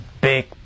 big